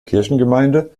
kirchengemeinde